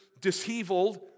disheveled